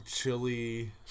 chili